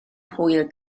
hwyl